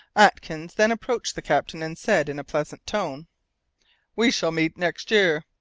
atkins then approached the captain and said in a pleasant tone we shall meet next year!